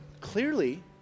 clearly